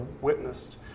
witnessed